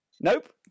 nope